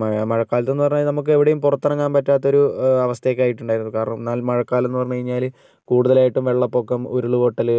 മഴ മഴക്കാലത്ത് എന്ന് പറഞ്ഞു കഴിഞ്ഞാൽ നമുക്ക് എവിടെയും പുറത്തിറങ്ങാൻ പറ്റാത്തൊരു അവസ്ഥയൊക്കേ ആയിട്ടുണ്ടായിരുന്നു കാരണം എന്നാൽ മഴക്കാലം എന്നുപറഞ്ഞു കഴിഞ്ഞാല് കൂടുതലായിട്ടും വെള്ളപൊക്കം ഉരുൾപൊട്ടല്